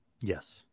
Yes